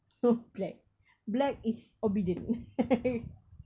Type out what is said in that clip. !huh! black black is obedient